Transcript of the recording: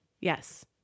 Yes